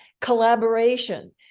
collaboration